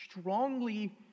strongly